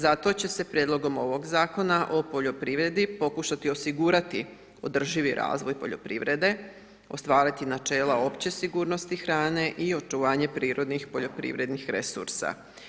Zato će se prijedlogom ovog Zakona o poljoprivredi pokušati osigurati održivi razvoj poljoprivrede, ostvariti načela opće sigurnosti hrane i očuvanje prirodnih poljoprivrednih resursa.